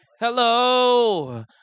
Hello